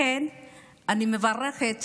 לכן אני מברכת